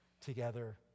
together